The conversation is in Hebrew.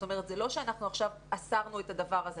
זה לא שאנחנו עכשיו אסרנו את הדבר הזה.